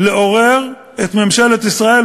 לעורר את ממשלת ישראל,